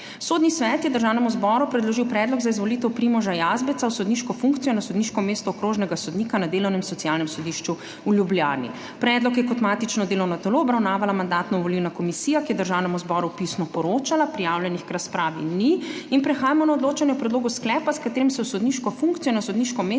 Sodni svet je Državnemu zboru predložil predlog za izvolitev Primoža Jazbeca v sodniško funkcijo na sodniško mesto okrožnega sodnika na Delovnem socialnem sodišču v Ljubljani. Predlog je kot matično delovno telo obravnavala Mandatno-volilna komisija, ki je Državnemu zboru pisno poročala. Prijavljenih k razpravi ni. Prehajamo na odločanje o predlogu sklepa, s katerim se v sodniško funkcijo na sodniško mesto